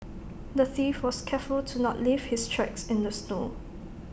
the thief was careful to not leave his tracks in the snow